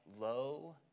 low